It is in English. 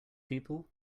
people